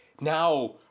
Now